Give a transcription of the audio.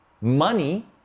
money